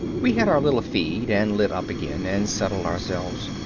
we had our little feed and lit up again and settled ourselves.